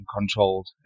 controlled